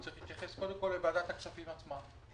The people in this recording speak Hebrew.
צריך להתייחס קודם כול לוועדת הכספים עצמה.